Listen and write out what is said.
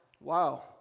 Wow